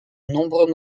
nombreux